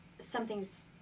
something's